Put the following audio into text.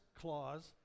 clause